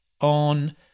on